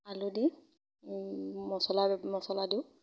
আলু দি মছলা মছলা দিওঁ